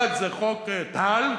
אחד זה חוק טל.